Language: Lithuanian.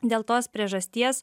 dėl tos priežasties